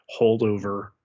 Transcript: holdover